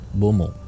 bomo